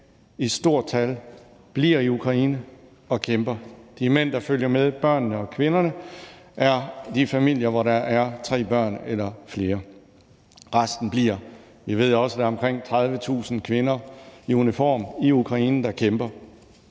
i stort tal bliver i Ukraine og kæmper. De mænd, der følger med børnene og kvinderne, er fra de familier, hvor der er tre børn eller flere; resten bliver. Vi ved også, at der er omkring 30.000 kvinder i uniform i Ukraine, der kæmper.